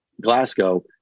Glasgow